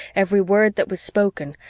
every word that was spoken,